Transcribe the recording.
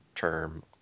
Term